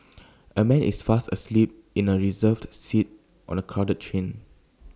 A man is fast asleep in A reserved seat on A crowded train